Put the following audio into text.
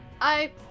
I-